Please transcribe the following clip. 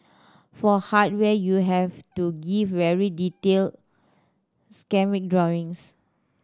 for hardware you have to give very detailed schematic drawings